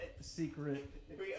secret